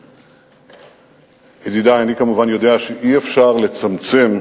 ידידי, אני כמובן יודע שאי-אפשר לצמצם